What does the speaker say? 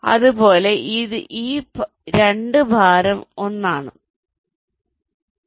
അതുപോലെ ഈ 2 ഭാരം 1 ആണ്